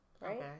right